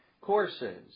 courses